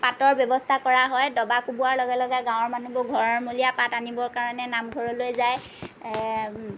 পাতৰ ব্যৱস্থা কৰা হয় ডবা কোবোৱাৰ লগে লগে গাঁৱৰ মানুহবোৰ ঘৰমূৰীয়া পাত আনিবৰ কাৰণে নামঘৰলৈ যায়